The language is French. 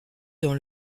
dans